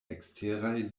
eksteraj